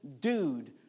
dude